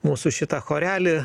mūsų šitą chorelį